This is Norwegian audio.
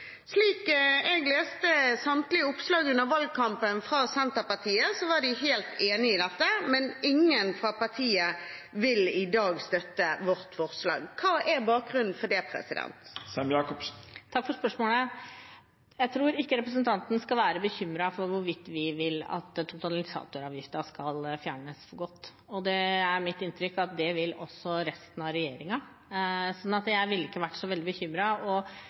Slik jeg leste samtlige oppslag fra Senterpartiet under valgkampen, var de helt enig i dette, men ingen fra partiet vil i dag støtte vårt forslag. Hva er bakgrunnen for det? Takk for spørsmålet. Jeg tror ikke representanten Hjemdal skal være bekymret for hvorvidt vi vil at totalisatoravgiften skal fjernes for godt. Mitt inntrykk er at det vil også resten av regjeringen. Så jeg ville ikke vært så veldig